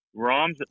Roms